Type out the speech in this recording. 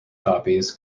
copies